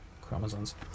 chromosomes